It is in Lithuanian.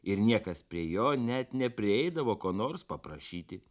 ir niekas prie jo net neprieidavo ko nors paprašyti